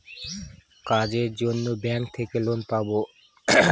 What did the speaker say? কাজের জন্য ব্যাঙ্ক থেকে লোন পাবো